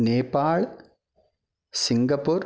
Nepal Singapore